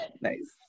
Nice